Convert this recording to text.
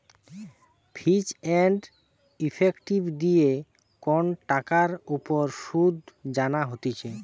ফিচ and effective দিয়ে কন টাকার উপর শুধ জানা হতিছে